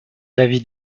l’avis